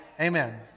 Amen